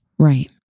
Right